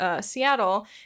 Seattle